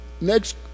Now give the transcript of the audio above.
next